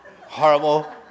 Horrible